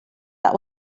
that